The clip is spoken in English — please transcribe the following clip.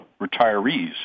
retirees